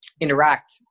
interact